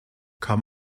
kann